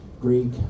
greek